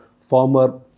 former